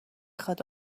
خواد